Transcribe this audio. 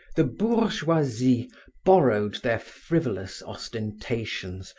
the bourgeoisie borrowed their frivolous ostentations,